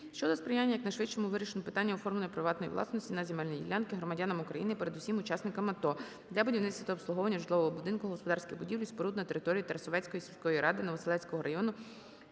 щодо сприяння якнайшвидшому вирішенню питання оформлення приватної власності на земельні ділянки громадянам України, передусім учасникам АТО, для будівництва та обслуговування житлового будинку, господарських будівель і споруд на території Тарасовецької сільської ради Новоселицького району